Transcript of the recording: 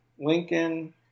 Lincoln